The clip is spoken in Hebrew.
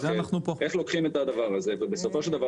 איך לוקחים את הדבר הזה ובסופו של דבר